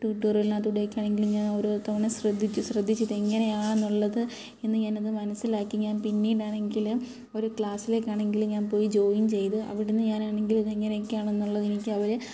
ട്യൂട്ടോറിയലിനകത്തുകൂടെയൊക്കെ ആണെങ്കിലും ഞാൻ ഓരോ തവണ ശ്രദ്ധിച്ച് ശ്രദ്ധിച്ച് ഇത് എങ്ങനെയാണെന്നുള്ളത് എന്ന് ഞാൻ അത് മനസ്സിലാക്കി ഞാൻ പിന്നീടാണെങ്കിലും ഒരു ക്ലാസ്സിലേക്ക് ആണെങ്കിലും ഞാൻ പോയി ജോയിൻ ചെയ്ത് അവിടുന്ന് ഞാനാണെങ്കിൽ ഇങ്ങനെയൊക്കെയാണ് എന്നുള്ളത് എനിക്ക് അവർ